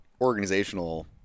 organizational